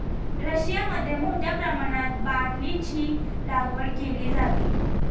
रशियामध्ये मोठ्या प्रमाणात बार्लीची लागवड केली जाते